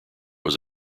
was